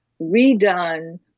redone